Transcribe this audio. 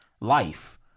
life